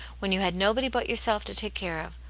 when you had nobody but yourself to take care of,